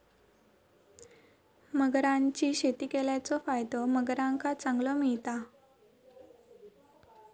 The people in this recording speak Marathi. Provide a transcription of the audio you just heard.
मगरांची शेती केल्याचो फायदो मगरांका चांगलो मिळता